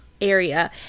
area